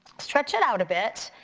stretch it out a bit,